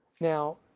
Now